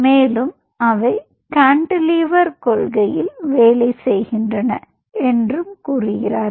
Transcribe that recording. மேலும் அவை கான்டிலீவர் கொள்கையில் வேலை செய்கின்றன என்று கூறுகிறார்கள்